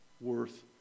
worth